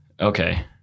Okay